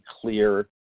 clear